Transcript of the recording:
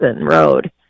Road